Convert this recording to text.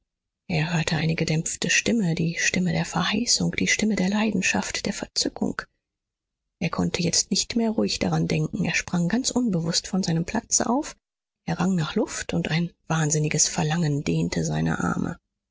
er hörte eine gedämpfte stimme die stimme der verheißung die stimme der leidenschaft der verzückung er konnte jetzt nicht mehr ruhig daran denken er sprang ganz unbewußt von seinem platze auf er rang nach luft und ein wahnsinniges verlangen dehnte seine arme